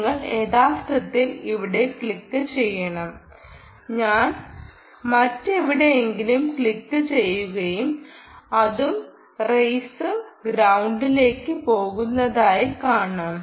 നിങ്ങൾ യഥാർത്ഥത്തിൽ ഇവിടെ ക്ലിക്കുചെയ്യണം ഞാൻ മറ്റെവിടെയെങ്കിലും ക്ലിക്കുചെയ്യുകയും അതും റേയ്സും ഗ്രൌണ്ടിലേക്ക് പോകുന്നതായി കാണാം